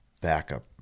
backup